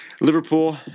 Liverpool